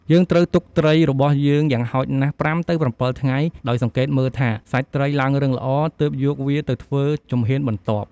យើងត្រូវទុកត្រីរបស់យើងយ៉ាងហោចណាស់ ៥ទៅ ៧ថ្ងៃ ដោយសង្កេតមើលថា សាច់ត្រីឡើងរឹងល្អ ទើបយកវាទៅធ្វើជំហានបន្ទាប់។